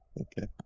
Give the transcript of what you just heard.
Okay